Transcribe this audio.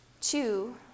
two